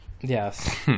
yes